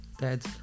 Dead